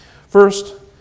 First